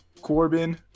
Corbin